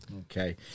Okay